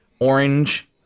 Orange